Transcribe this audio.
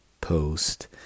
post